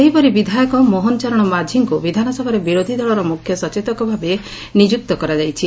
ସେହିପରି ବିଧାୟକ ମୋହନ ଚରଣ ମାଝୀଙ୍କୁ ବିଧାନସଭାରେ ବିରୋଧୀ ଦଳର ମୁଖ୍ୟ ସଚେତକ ଭାବେ ନିଯୁକ୍ତ କରାଯାଇଛି